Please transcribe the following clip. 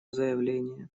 заявление